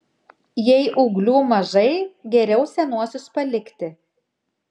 jei ūglių mažai geriau senuosius palikti